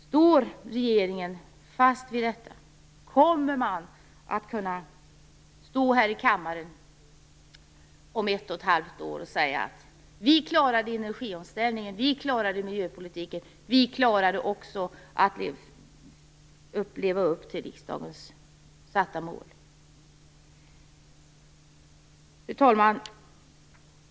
Står regeringen fast vid detta? Kommer man att kunna stå här i kammaren om ett och ett halvt år och säga: Vi klarade energiomställningen. Vi klarade miljöpolitiken. Vi klarade att leva upp till riksdagens satta mål. Fru talman!